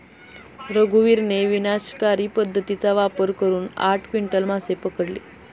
रघुवीरने विनाशकारी पद्धतीचा वापर करून आठ क्विंटल मासे पकडले